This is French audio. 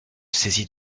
saisis